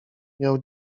miał